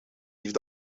heeft